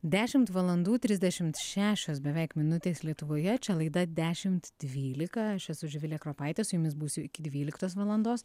dešimt valandų trisdešimt šešios beveik minutės lietuvoje čia laida dešimt dvylika aš esu živilė kropaitė su jumis būsiu iki dvyliktos valandos